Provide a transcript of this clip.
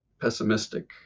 pessimistic